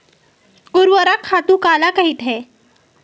ऊर्वरक खातु काला कहिथे?